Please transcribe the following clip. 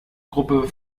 gruppe